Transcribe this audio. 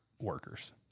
workers